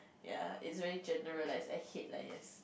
ya it's really generalised I hate liars